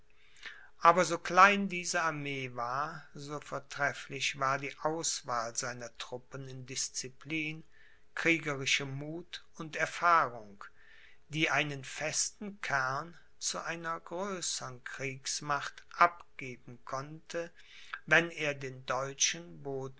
aber so klein diese armee war so vortrefflich war die auswahl seiner truppen in disciplin kriegerischem muth und erfahrung die einen festen kern zu einer größern kriegsmacht abgeben konnte wenn er den deutschen